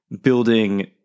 building